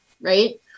right